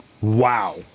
Wow